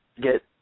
get